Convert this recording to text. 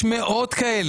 יש מאות כאלה.